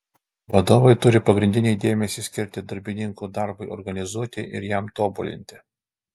vadovai turi pagrindinį dėmesį skirti darbininkų darbui organizuoti ir jam tobulinti